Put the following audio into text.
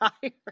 tired